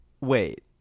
wait